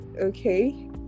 Okay